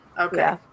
okay